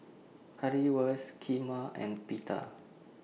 Currywurst Kheema and Pita